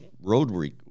road